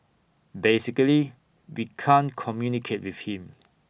basically we can't communicate with him